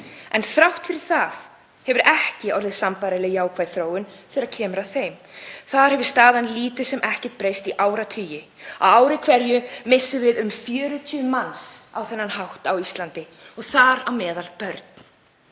Þrátt fyrir það hefur ekki orðið sambærileg jákvæð þróun þegar kemur að þeim. Þar hefur staðan lítið sem ekkert breyst í áratugi. Á ári hverju missum við um 40 manns á þennan hátt á Íslandi og þar á meðal börn.